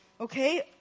okay